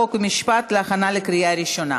חוק ומשפט להכנה לקריאה ראשונה.